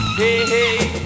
hey